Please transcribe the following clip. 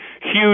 huge